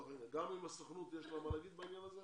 אם לסוכנות יש מה לומר בעניין הזה,